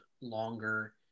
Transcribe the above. longer